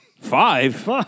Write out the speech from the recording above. Five